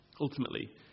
Ultimately